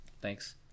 thanks